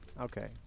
Okay